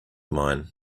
mine